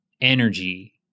energy